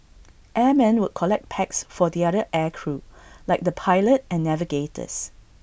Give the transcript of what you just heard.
airmen would collect packs for the other air crew like the pilot and navigators